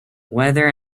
weather